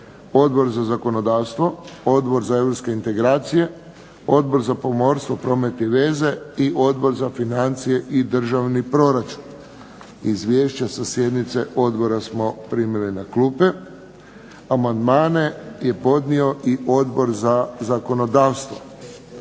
Odbor za zakonodavstvo, Odbor za europske integracije, Odbor za pomorstvo, promet i veze i Odbor za financije i državni proračun. Izvješća sa sjednice odbora smo primili na klupe. Amandmane je podnio i Odbor za zakonodavstvo.